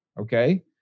Okay